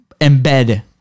embed